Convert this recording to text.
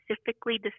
specifically